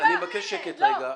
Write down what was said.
אני מבקש שקט רגע.